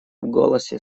голосе